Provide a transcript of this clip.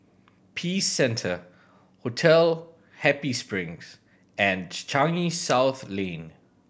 Peace Centre Hotel Happy Spring and Changi South Lane